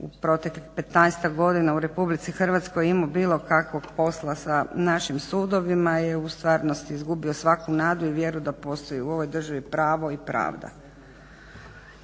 u proteklih 15-tak godina u Republici Hrvatskoj imao bilo kakvog posla sa našim sudovima je u stvarnosti izgubio svaku nadu i vjeru da postoji u ovoj državi pravo i pravda.